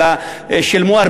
אלא שילמו,